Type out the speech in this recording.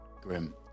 Grim